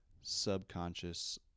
subconscious